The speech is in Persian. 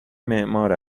معمار